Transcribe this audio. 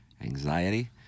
anxiety